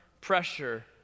Pressure